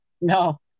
No